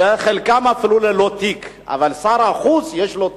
וחלקם אפילו ללא תיק, ושר החוץ, יש לו תיק,